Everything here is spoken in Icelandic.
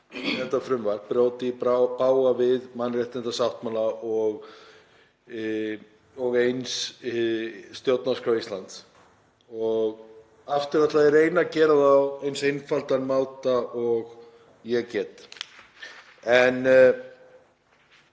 þetta frumvarp brjóti í bága við mannréttindasáttmála og eins stjórnarskrá Íslands. Og aftur ætla ég að reyna að gera það á eins einfaldan máta og ég get.